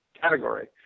category